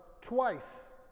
twice